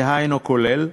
דהיינו: כולל,